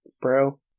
bro